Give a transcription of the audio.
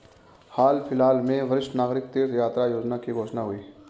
हाल फिलहाल में वरिष्ठ नागरिक तीर्थ यात्रा योजना की घोषणा हुई है